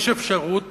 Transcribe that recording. יש אפשרות